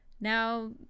now